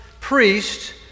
priest